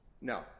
No